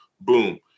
boom